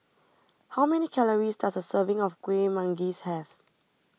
how many calories does a serving of Kueh Manggis have